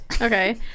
Okay